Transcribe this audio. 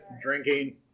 drinking